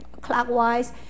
clockwise